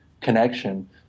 connection